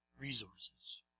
resources